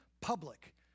public